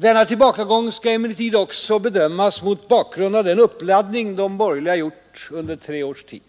Denna tillbakagång skall emellertid också bedömas mot bakgrund av den uppladdning de borgerliga gjort under tre års tid.